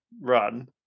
run